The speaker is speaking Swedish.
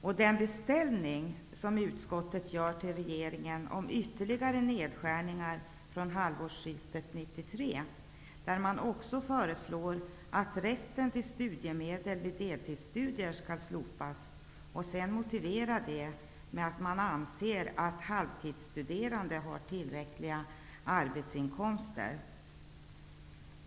Utskottet gör en beställning till regeringen om ytterligare nedskärningar från halvårsskiftet 1993, varvid man också föreslår att rätten till studiemedel vid deltidsstudier skall slopas. Detta motiverar man med att man anser att de halvtidsstuderande har tillräckliga arbetsinkomster.